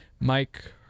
mike